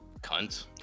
Cunt